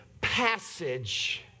passage